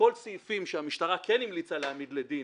כל הסעיפים שהמשטרה כן המליצה להעמיד לדין,